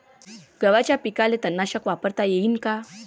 गव्हाच्या पिकाले तननाशक वापरता येईन का?